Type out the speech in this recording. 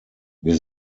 wir